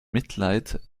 mitleid